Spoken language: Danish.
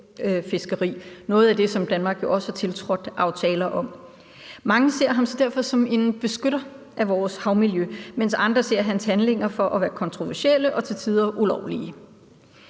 noget af det, som Danmark jo også er tiltrådt aftaler om. Mange ser ham derfor som en beskytter af vores havmiljø, mens andre ser hans handlinger som kontroversielle og til tider ulovlige.